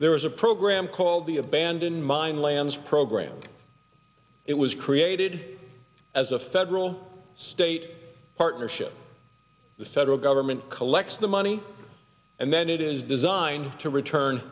there was a program called the abandoned mine lands program it was created as a federal state partnership with federal government collects the money and then it is designed to return